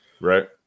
Right